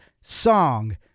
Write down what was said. song